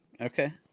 Okay